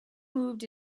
moved